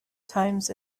times